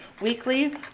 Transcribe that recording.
weekly